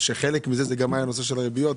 וחלק מזה היה נושא הריביות,